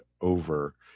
over